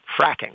fracking